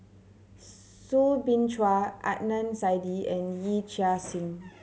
Soo Bin Chua Adnan Saidi and Yee Chia Hsing